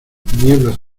nieblas